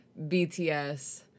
BTS